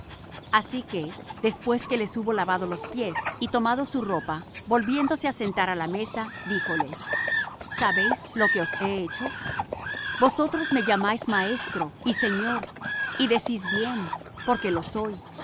así que después que les hubo lavado los pies y tomado su ropa volviéndose á sentar á la mesa díjoles sabéis lo que os he hecho vosotros me llamáis maestro y señor y decís bien porque lo soy